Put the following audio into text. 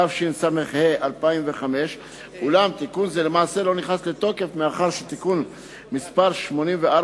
התשס"ה 2005. אולם תיקון זה למעשה לא נכנס לתוקף מאחר שתיקון מס' 84